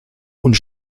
und